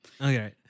Okay